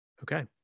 Okay